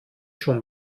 schon